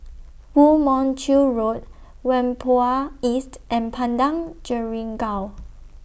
Woo Mon Chew Road Whampoa East and Padang Jeringau